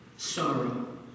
sorrow